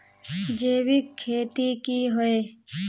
जैविक खेती की होय?